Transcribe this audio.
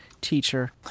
teacher